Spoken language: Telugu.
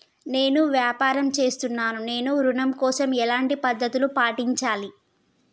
నేను వ్యాపారం చేస్తున్నాను నేను ఋణం కోసం ఎలాంటి పద్దతులు పాటించాలి?